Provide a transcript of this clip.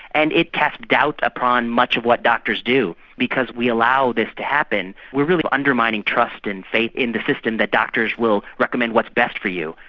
and it casts doubt upon much of what doctors do because we allow this to happen. we are really undermining trust and faith in the system that doctors will recommend what's best for you.